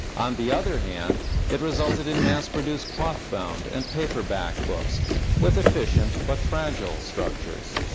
on the other hand it resulted in mass-produced cloth-bound and paperback books with efficient but fragile structures.